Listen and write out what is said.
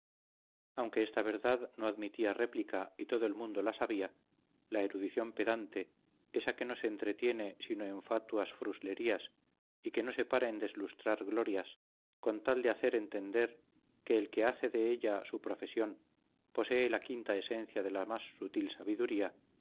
aunque esta verdad no admitía réplica y todo el mundo la sabia la erudición pedante esa que no se entretiene sino en fatuas fruslerías y que no se para en deslustrar glorias con tal de hacer entender que el que hace de ella su profesión posee la quinta esencia de la más sutil sabiduría